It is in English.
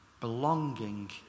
Belonging